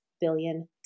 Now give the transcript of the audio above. billion